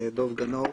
גנור.